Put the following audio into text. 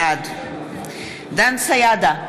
בעד דן סידה,